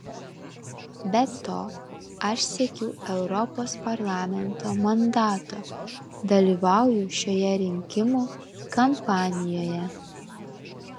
be to aš siekiu europos parlamento mandato dalyvauju šioje rinkimų kampanijoje